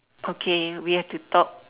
okay we have to talk